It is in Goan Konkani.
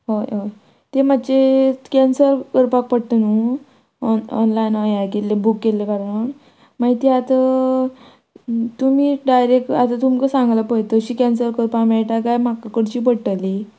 हय हय तें मातशें कॅन्सल करपाक पडटा न्हू ऑनलायन हें केल्ले बूक केल्ले कारण मागीर ते आतां तुमी डायरेक्ट आतां तुमकां सांगला पय तशी कॅन्सल करपा मेयटा काय म्हाका करची पडटली